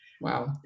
Wow